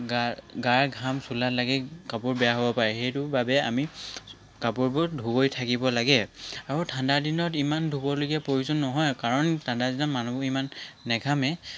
গাৰ গাৰ ঘাম চোলাত লাগে কাপোৰ বেয়া হ'ব পাৰে সেইটো বাবে আমি কাপোৰবোৰ ধুই থাকিব লাগে আৰু ঠাণ্ডাদিনত ইমান ধুবলগীয়া প্ৰয়োজন নহয় কাৰণ ঠাণ্ডাদিনত মানুহবোৰ ইমান নেঘামে